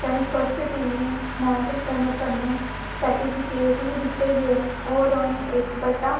कन्नै first team गी medal कन्नै कन्नै सर्टिफिकेट बी दित्ते गे होर उ'नें इक बड्डा